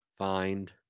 Find